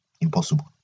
Impossible